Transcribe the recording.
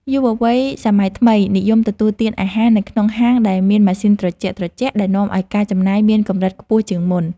យុវវ័យសម័យថ្មីនិយមទទួលទានអាហារនៅក្នុងហាងដែលមានម៉ាស៊ីនត្រជាក់ៗដែលនាំឱ្យការចំណាយមានកម្រិតខ្ពស់ជាងមុន។